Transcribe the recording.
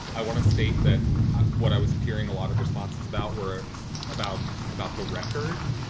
i wanna state that what i was hearing a lot of responses about were about about the record,